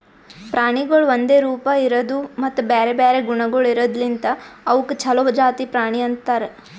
ಪ್ರಾಣಿಗೊಳ್ ಒಂದೆ ರೂಪ, ಇರದು ಮತ್ತ ಬ್ಯಾರೆ ಬ್ಯಾರೆ ಗುಣಗೊಳ್ ಇರದ್ ಲಿಂತ್ ಅವುಕ್ ಛಲೋ ಜಾತಿ ಪ್ರಾಣಿ ಅಂತರ್